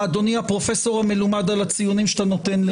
הפרופ' המלומד על הציונים שאתה נותן לי.